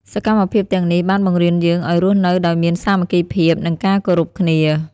សកម្មភាពទាំងនេះបានបង្រៀនយើងឱ្យរស់នៅដោយមានសាមគ្គីភាព និងការគោរពគ្នា។